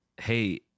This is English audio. hey